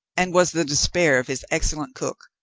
and was the despair of his excellent cook,